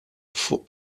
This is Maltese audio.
fuq